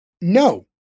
No